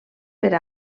per